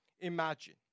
imagine